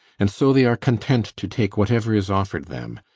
and so they are content to take whatever is offered them.